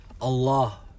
Allah